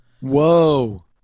whoa